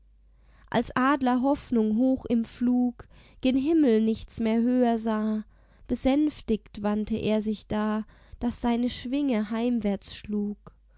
als adler hoffnung hoch im flug gen himmel nichts mehr höher sah besänftigt wandte er sich da daß seine schwinge heimwärts schlug